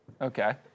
Okay